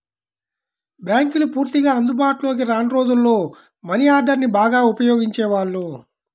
బ్యేంకులు పూర్తిగా అందుబాటులోకి రాని రోజుల్లో మనీ ఆర్డర్ని బాగా ఉపయోగించేవాళ్ళు